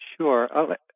Sure